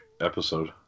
episode